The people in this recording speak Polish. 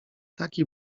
taki